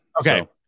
Okay